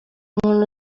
umuntu